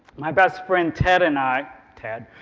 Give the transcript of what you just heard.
my best friend ted and i ted